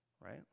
right